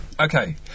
okay